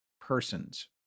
persons